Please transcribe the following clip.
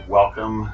welcome